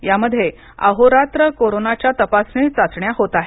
यामध्ये अहोरात्र कोरोनाच्या तपासणी चाचण्या होत आहेत